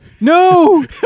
No